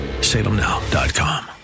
Salemnow.com